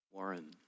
Warren